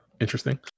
interesting